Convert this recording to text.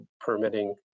permitting